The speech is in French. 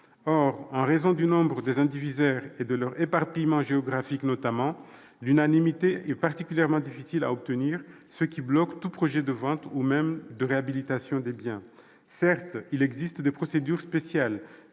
Or, en raison du nombre des indivisaires et de leur éparpillement géographique, notamment, l'unanimité est particulièrement difficile à obtenir, ce qui bloque tout projet de vente ou même de réhabilitation des biens. Certes, il existe des procédures spéciales,